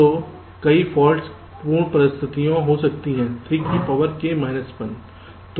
तो कई फाल्ट पूर्ण परिस्थितियां हो सकती हैं 3k 1